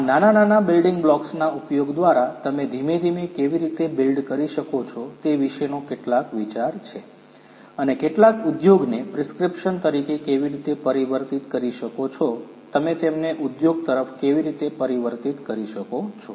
આ નાના નાના બિલ્ડિંગ બ્લોક્સના ઉપયોગ દ્વારા તમે ધીમે ધીમે કેવી રીતે બિલ્ડ કરી શકો છો તે વિશેનો કેટલાક વિચાર છે અને કેટલાક ઉદ્યોગને પ્રિસ્ક્રિપ્શન તરીકે કેવી રીતે પરિવર્તિત કરી શકો છો તમે તેમને ઉદ્યોગ તરફ કેવી રીતે પરિવર્તિત કરી શકો છો